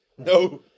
No